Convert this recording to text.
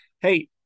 Hey